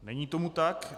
Není tomu tak.